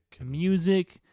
music